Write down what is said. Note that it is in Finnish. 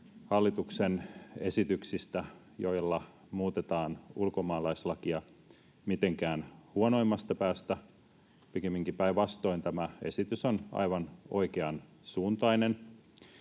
hallituksen esityksistä, joilla muutetaan ulkomaalaislakia, mitenkään huonoimmasta päästä, pikemminkin päinvastoin, tämä esitys on aivan oikeansuuntainen.